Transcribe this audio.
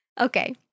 Okay